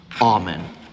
Amen